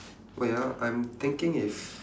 wait ah I'm thinking if